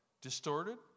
distorted